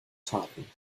taten